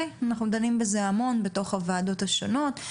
אנחנו דנים בזה המון בתוך הוועדות השונות,